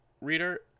reader